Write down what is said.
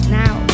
now